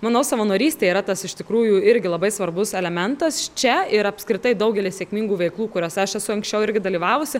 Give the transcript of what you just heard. manau savanorystė yra tas iš tikrųjų irgi labai svarbus elementas čia ir apskritai daugelis sėkmingų veiklų kuriose aš esu anksčiau irgi dalyvavusi